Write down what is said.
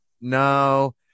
No